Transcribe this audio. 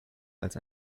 als